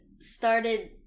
started